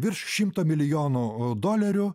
virš šimto milijonų dolerių